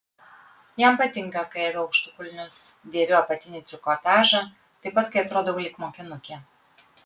jam patinka kai aviu aukštakulnius dėviu apatinį trikotažą taip pat kai atrodau lyg mokinukė